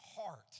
heart